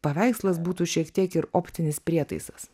paveikslas būtų šiek tiek ir optinis prietaisas